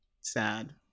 Sad